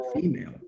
female